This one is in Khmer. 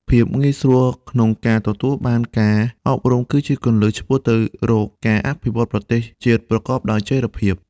ភាពងាយស្រួលក្នុងការទទួលបានការអប់រំគឺជាគន្លឹះឆ្ពោះទៅរកការអភិវឌ្ឍន៍ប្រទេសជាតិប្រកបដោយចីរភាព។